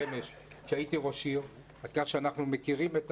בעזרת ה', אתם תמצאו את הדרך הנכונה.